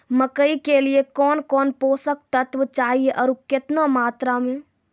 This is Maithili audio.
मकई के लिए कौन कौन पोसक तत्व चाहिए आरु केतना मात्रा मे?